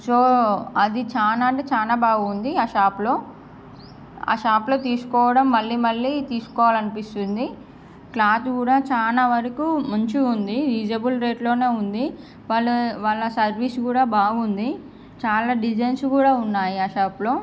so అది చాలా అంటే చాలా బాగుంది ఆ షాపులో ఆ షాపులో తీసుకోవడం మళ్ళీ మళ్ళీ తీసుకోవాలి అనిస్తుంది క్లాత్ కూడా చాలా వరకు మంచుగుంది ఇసాబుల్ రేటులోనే ఉంది వాళ్ళ వాళ్ళ సర్వీస్ కూడా బాగుంది చాలా డిజైన్స్ కూడా ఉన్నాయి ఆ షాపులో